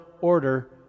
order